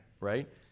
right